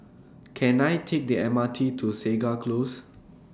Can I Take The M R T to Segar Close